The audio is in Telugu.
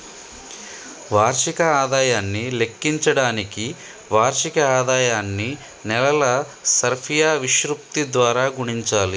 వార్షిక ఆదాయాన్ని లెక్కించడానికి వార్షిక ఆదాయాన్ని నెలల సర్ఫియా విశృప్తి ద్వారా గుణించాలి